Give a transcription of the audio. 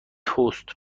تست